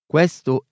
Questo